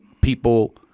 people